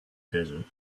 desert